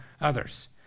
others